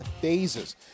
phases